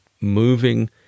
moving